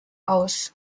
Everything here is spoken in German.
aus